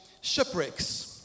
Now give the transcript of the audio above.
Shipwrecks